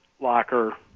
locker